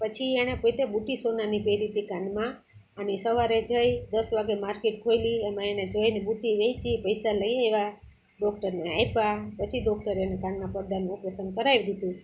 પછી એણે પોતે બુટ્ટી સોનાની પહેરી હતી કાનમાં અને સવારે જઈ દસ વાગે માર્કેટ ખોલી એમાં એણે જઈને બુટ્ટી વેચી પૈસા લઈ આવ્યા ડોક્ટરને આપ્યા પછી ડોક્ટરે એને કાનમાં પડદાનું ઓપરેશન કરાવી દીધું